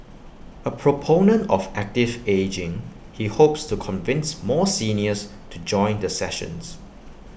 A proponent of active ageing he hopes to convince more seniors to join the sessions